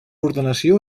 ordenació